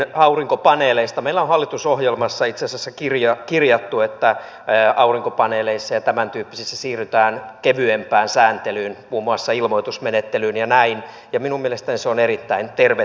meillä on hallitusohjelmaan itse asiassa kirjattu että aurinkopaneeleissa ja tämäntyyppisissä siirrytään kevyempään sääntelyyn muun muassa ilmoitusmenettelyyn ja näin ja minun mielestäni se on erittäin tervetullutta